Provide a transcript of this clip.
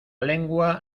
lengua